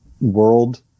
world